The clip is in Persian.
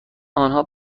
آنها